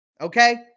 Okay